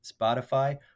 Spotify